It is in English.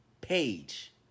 page